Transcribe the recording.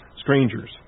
strangers